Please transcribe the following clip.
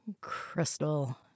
Crystal